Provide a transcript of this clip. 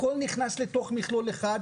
הכול נכנס לתוך מכלול אחד,